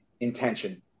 intention